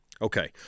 Okay